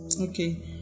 Okay